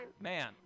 man